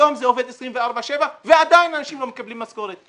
היום זה עובד 24/7 ועדיין אנשים לא מקבלים משכורת.